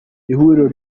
ihuriro